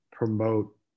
promote